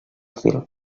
fil